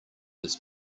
his